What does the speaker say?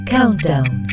Countdown